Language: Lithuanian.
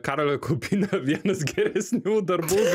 karolio kaupinio vienas geresnių darbų